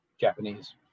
Japanese